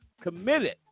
committed